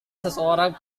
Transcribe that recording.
seorang